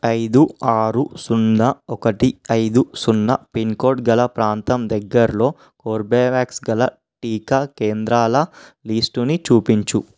ఐదు ఆరు సున్నా ఒకటి ఐదు సున్నా పిన్కోడ్ గల ప్రాంతం దగ్గరలో కోర్బేవాక్స్ గల టీకా కేంద్రాల లీస్టుని చూపించు